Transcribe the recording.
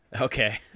Okay